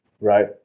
right